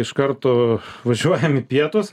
iš karto važiuojam į pietus